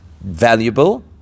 valuable